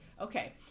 Okay